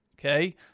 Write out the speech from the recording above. Okay